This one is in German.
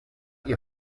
ihr